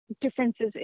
differences